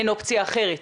אין אופציה אחרת.